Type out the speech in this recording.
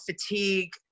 fatigue